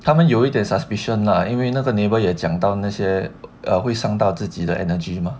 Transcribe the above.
他们有一点 suspicion 啦因为那个 neighbour 也讲到那些呃会伤到自己的 energy 吗